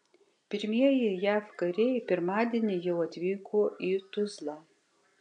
pirmieji jav kariai pirmadienį jau atvyko į tuzlą